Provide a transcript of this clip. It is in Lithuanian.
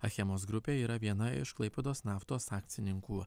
achemos grupė yra viena iš klaipėdos naftos akcininkų